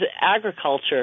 agriculture